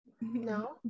No